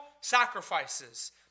sacrifices